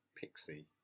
pixie